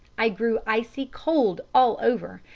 i grew icy cold all over,